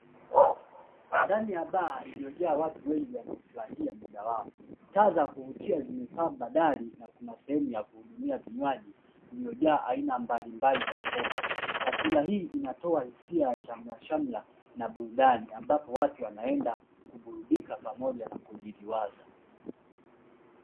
Ndani ya baa iliyojaa watu wengi wanaofurahia muda wao, taa za kuvutia zimepamba dari na kuna sehemu ya kuhudumia vinywaji iliyojaa aina mbalimbali za pombe, taswira hii inatoa hisia ya shamrashamra na burudani, ambapo watu wanaenda kuburudika pamoja na kujiliwaza.